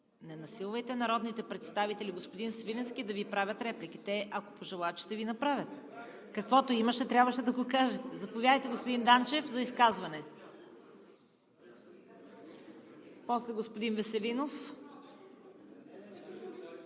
Не насилвайте народните представители, господин Свиленски, да Ви правят реплики. Ако пожелаят, ще Ви направят. Каквото имаше, трябваше да го кажете. Заповядайте, господин Веселинов, за изказване.